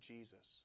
Jesus